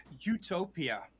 utopia